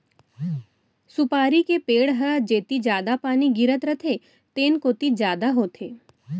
सुपारी के पेड़ ह जेती जादा पानी गिरत रथे तेन कोती जादा होथे